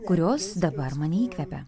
kurios dabar mane įkvepia